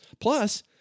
Plus